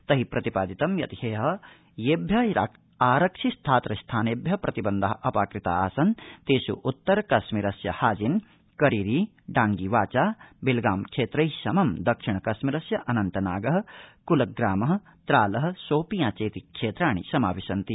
तै प्रतिपादितं यत् ह्य येभ्य आरक्षि स्थात्र स्थानेभ्य प्रतिबन्धा अपाकृता आसन् तेष् उत्तर कश्मीरस्य हाजिन करीरी डांगीवाचा विलगाम क्षेत्रै समं दक्षिण कश्मीरस्य अनन्तनाग कुलग्राम त्राल शोपियां चेति क्षेत्राणि समाविशन्ति